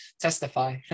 testify